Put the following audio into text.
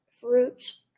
fruits